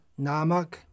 Namak